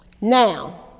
Now